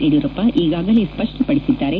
ಯಡಿಯೂರಪ್ಪ ಈಗಾಗಲೇ ಸ್ವಷ್ಪಪಡಿಸಿದ್ದಾರೆ